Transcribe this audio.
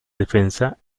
defensa